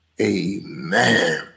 amen